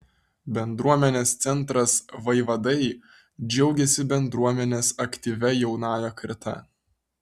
bendruomenės centras vaivadai džiaugiasi bendruomenės aktyvia jaunąja karta